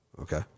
Okay